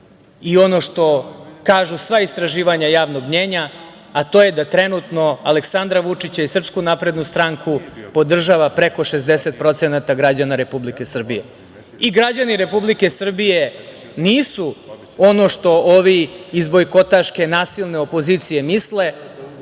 Ono što kažu sva istraživanja javnog mnjenja to je da trenutno Aleksandra Vučića i Srpsku naprednu stranku podržava preko 60% građana Republike Srbije. Građani Republike Srbije nisu ono što ovi iz bojkotaške nasilne opozicije misle,